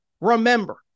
Remember